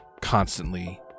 constantly